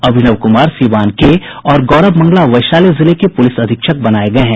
अभिनव कुमार सीवान के और गौरव मंगला वैशाली जिले के पुलिस अधीक्षक बनाये गये हैं